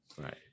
Right